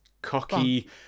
cocky